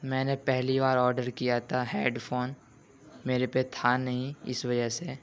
میں نے پہلی بار آڈر کیا تھا ہیڈ فون میرے پہ تھا نہیں اس وجہ سے